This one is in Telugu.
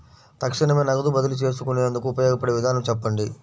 తక్షణమే నగదు బదిలీ చేసుకునేందుకు ఉపయోగపడే విధానము చెప్పండి?